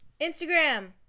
Instagram